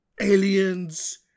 aliens